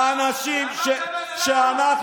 למה לא מינו אותך לשר?